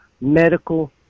medical